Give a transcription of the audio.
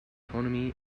economy